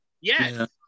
Yes